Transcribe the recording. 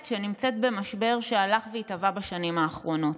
שנמצאות במשבר שהלך והתהווה בשנים האחרונות.